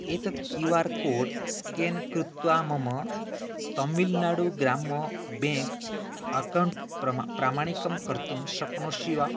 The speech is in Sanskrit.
एतत् क्यू आर् कोड् स्केन् कृत्वा मम तमिल्नाडु ग्राम बेङ्क् अक्कौण्ट् प्रम प्रामाणिकं कर्तुं शक्नोषि वा